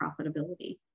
profitability